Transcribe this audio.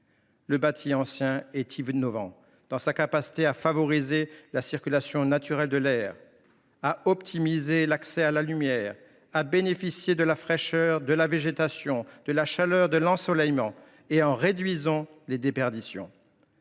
Le bâti ancien est innovant dans sa capacité à favoriser la circulation naturelle de l’air, à optimiser l’accès à la lumière, à bénéficier de la fraîcheur de la végétation comme de la chaleur de l’ensoleillement, et en réduisant les déperditions.